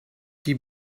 die